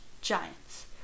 giants